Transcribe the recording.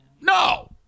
no